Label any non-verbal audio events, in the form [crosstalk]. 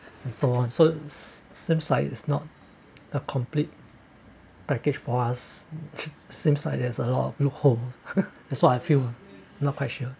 and so on so it's seems like it's not a complete package for us seems like there's a lot of loop hole [laughs] that's what I feel not quite sure